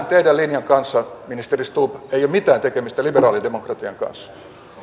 teidän linjallanne ministeri stubb ei ole mitään tekemistä liberaalidemokratian kanssa